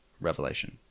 Revelation